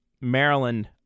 Maryland